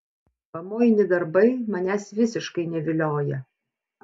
pamoini darbai manęs visiškai nevilioja